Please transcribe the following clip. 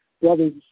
brothers